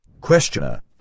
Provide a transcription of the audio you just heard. Questioner